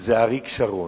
זה אריק שרון,